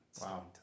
Wow